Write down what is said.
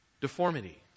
Deformity